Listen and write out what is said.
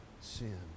sin